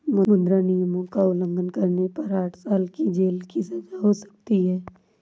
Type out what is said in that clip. मुद्रा नियमों का उल्लंघन करने पर आठ साल की जेल की सजा हो सकती हैं